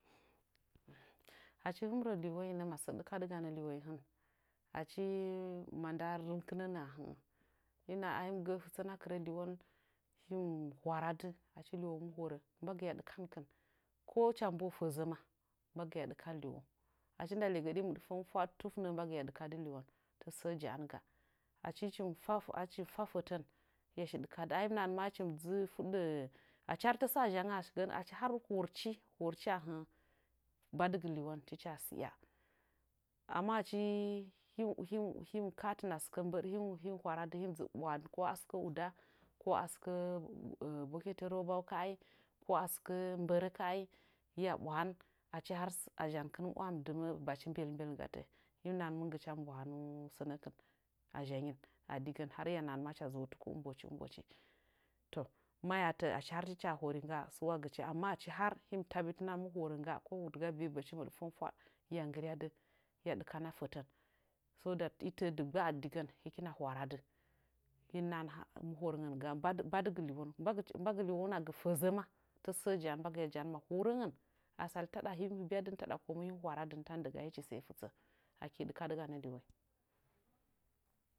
Achi hɨn mɨ rə lɨwoinə masə ɗɨkadɨganə hɨn achi maada rɨnkɨ nənə'ə ahə'ə hɨm nahan ahim gə'ə fɨtsən akɨrə liwon hɨm hwaradɨ achi liwon mɨ horə mbagɨya ɗɨka nkɨn ko cha mbo'o fəzə ma mbagɨya dɨkan liwon achi nda legəɗi fwaɗ tuf nə mbagɨya ɗɨkadɨ liwon mɨɗfəngi tasə sə ja'anga achimfa achim fa fətən hɨya shi ɗɨkadɨ ahim nahanma hɨchi dzɨ mɨ, fuɗe ahci har tasə azhangə a sɨkəgən achi har horchi horchi ahə'ə badɨgɨ hiwon tɨcha sɨya amma chi him him him ka'atɨn a sɨkə mbərə him him hwaradɨ hɨm dzɨm ɓwahadɨ ko a sɨkə uda ko a sɨkə bokote rubber ka'ai ko a sɨkə mbərə ka'ai hɨya ɓwa han achi har azhan kɨn mɨ wam dɨ mə'ə bachi belbel gatə him nahan mɨngɨcha mbwahanu sənəkɨn azhanyin a digən har ya nahan ma hɨcha zɨ'owo tuku ɨmbochi ɨmbochi to maya tə'ə achi har tɨcha hori ngga'a suwagɨchi amma achi har him tabbitina mɨ horə ngga ko dɨga bii bəchi mɨɗfəng ko fwaɗ hɨya nggɨyadɨ hɨya ɗɨkana fətən so that i təə dɨggba a digən hɨkina hwaradɨ hɨm, nahan mɨ horə ngga badɨgi badɨgi liwon mbangɨ liwon a gə fəzəma tase sə ja'anga horəngən asali taɗa him hɨbyadɨn taɗa komu hɨm hwaradɨ tan daga hɨchi sai fɨtə aki ɗɨkadɨanə liwonyi